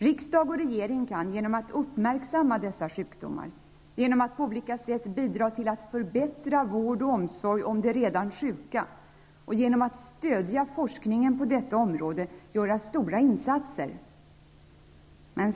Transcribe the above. Riksdag och regering kan genom att uppmärksamma dessa sjukdomar, genom att på olika sätt bidra till att förbättra vård och omsorg om de redan sjuka och genom att stödja forskningen på detta område göra stora insatser.